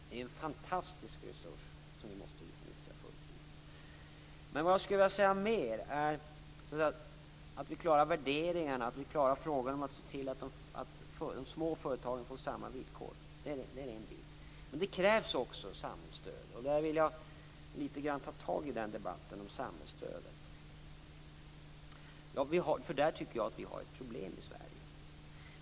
Det är en fantastisk resurs som vi måste utnyttja fullt ut. Vi måste klara värderingarna och se till att de små företagen får samma villkor. Det är en bit. Det kräver också samhällsstöd. Jag vill litet grand ta tag i debatten om samhällsstödet, eftersom jag tycker att vi där har ett problem i Sverige.